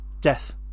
death